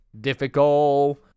difficult